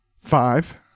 five